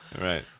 Right